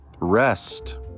Rest